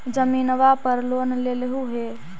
जमीनवा पर लोन लेलहु हे?